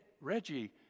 Reggie